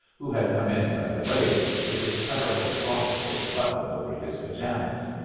who had come in rather late, with his clerical frock-coat buttoned over his pyjamas.